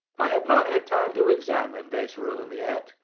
i have not had time to examine this room yet,